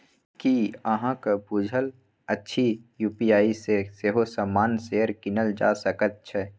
की अहाँक बुझल अछि यू.पी.आई सँ सेहो सामान्य शेयर कीनल जा सकैत छै?